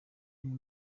uyu